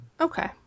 Okay